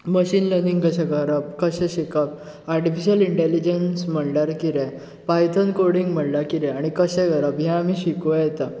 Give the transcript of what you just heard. machine learning कशें करप कशें शिकप आर्टिफिशल इंटॅलिजन्स म्हळ्यार कितें पायथन कोडींग म्हळ्यार कितें आनी कशें करप हें आमी शिको येता